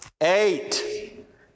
Eight